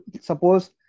suppose